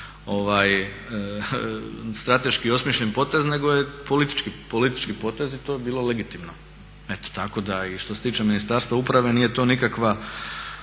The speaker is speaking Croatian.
strateški osmišljen potez nego je politički potez i to je bilo legitimno. Eto tako da, i što se tiče Ministarstva uprave, nije to nikakva